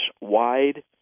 wide